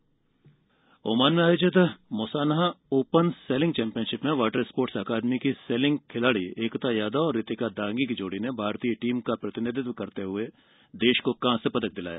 selling पदक Oman में आयोजित मुस्सानह ओपन सेलिंग चैम्पियनशिप में वॉटर स्पोर्ट्स अकादमी की सेलिंग खिलाड़ी एकता यादव और रितिका दांगी की जोड़ी ने भारतीय टीम का प्रतिनिधित्व करते हुए देश को कांस्य पदक दिलाया